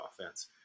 offense